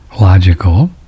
logical